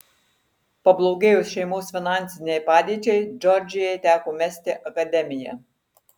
pablogėjus šeimos finansinei padėčiai džordžijai teko mesti akademiją